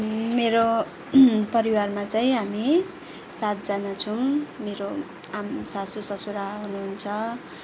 मेरो परिवारमा चाहिँ हामी सातजना छौँ मेरो आमा सासू ससुरा हुनुहुन्छ